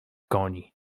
koni